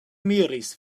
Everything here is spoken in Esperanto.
miris